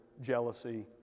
jealousy